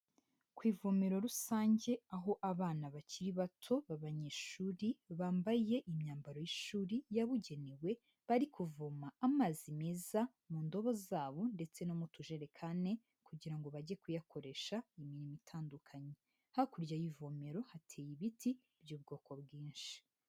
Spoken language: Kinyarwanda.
Ku ivomero rusange, aho abana bakiri bato b'abanyeshuri bambaye imyambaro y'ishuri yabugenewe bari kuvoma amazi meza mu ndobo zabo ndetse no mu tujerekani kugira ngo bajye kuyakoresha imirimo itandukanye. Hakurya y'ivomero hateye ibiti by'ubwoko bwinshi.